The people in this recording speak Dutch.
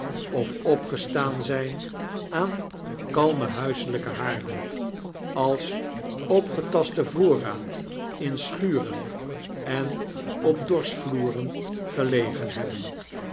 of opgestaan zijn aan kalme huiselijke haarden als opgetasten voorraad in schuren en op dorschvloeren gelegen hebben